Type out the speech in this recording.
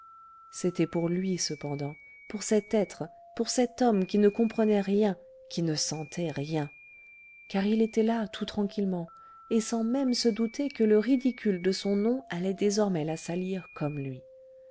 c'était pour lui cependant pour cet être pour cet homme qui ne comprenait rien qui ne sentait rien car il était là tout tranquillement et sans même se douter que le ridicule de son nom allait désormais la salir comme lui